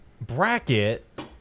bracket